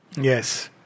Yes